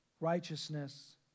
righteousness